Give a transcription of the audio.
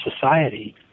society